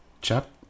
Chap